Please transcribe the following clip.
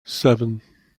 seven